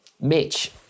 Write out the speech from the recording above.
Mitch